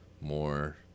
more